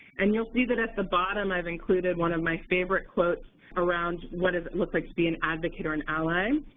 and you'll see that at the bottom, i've included one of my favorite quotes around what does it look like to be an advocate or an ally. um